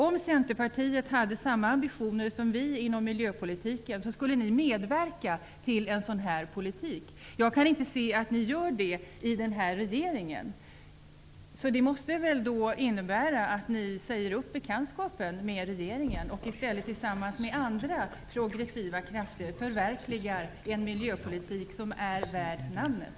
Om Centerpartiet hade samma ambitioner som vi inom miljöpolitiken, skulle ni medverka till en sådan politik. Jag kan inte se att ni gör det i denna regering. Det måste väl innebära att ni säger upp bekantskapen med regeringen och i stället tillsammans med andra progressiva krafter förverkligar en miljöpolitik som är värd namnet.